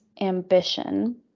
ambition